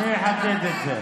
אני אחפש את זה.